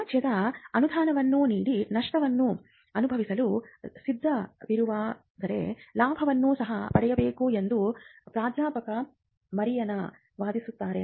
ರಾಜ್ಯವು ಅನುದಾನವನ್ನು ನೀಡಿ ನಷ್ಟವನ್ನು ಅನುಭವಿಸಲು ಸಿದ್ಧವಿರುವುದಾದರೆ ಲಾಭವನ್ನು ಸಹ ಪಡೆಯಬೇಕು ಎಂದು ಪ್ರಾಧ್ಯಾಪಕ ಮರಿಯಾನ್ನಾ ವಾದಿಸುತ್ತಾರೆ